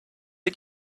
did